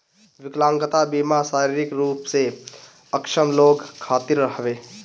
विकलांगता बीमा शारीरिक रूप से अक्षम लोग खातिर हवे